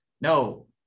No